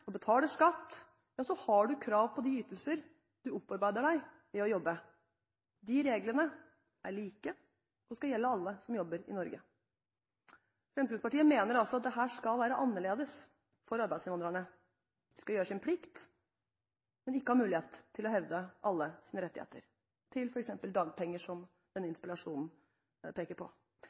skatt, har man krav på de ytelser man opparbeider seg ved å jobbe. De reglene er like og skal gjelde alle som jobber i Norge. Fremskrittspartiet mener altså at dette skal være annerledes for arbeidsinnvandrerne: De skal gjøre sin plikt, men ikke ha mulighet til å hevde alle sine rettigheter, f.eks. retten til dagpenger, som denne interpellasjonen peker på.